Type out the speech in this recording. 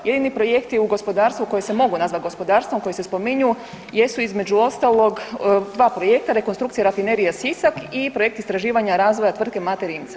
Jedini projekti u gospodarstvu koji se mogu nazvati gospodarstvom koji se spominju jesu između ostalog dva projekta, rekonstrukcija Rafinerije Sisak i projekt istraživanja razvoja tvrtke Mate Rimca.